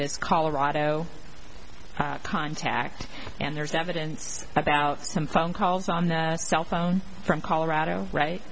this colorado contact and there's evidence about some phone calls on that cell phone from colorado right